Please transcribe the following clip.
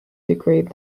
degrade